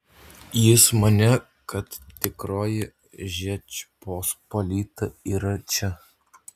jis manė kad tikroji žečpospolita yra čia